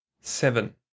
seven